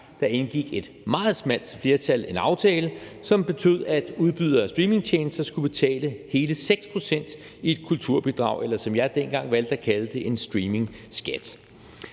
indgik et meget smalt flertal en aftale, som betød, at udbydere af streamingtjenester skulle betale hele 6 pct. i et kulturbidrag eller, som jeg dengang valgte at kalde det, en streamingskat.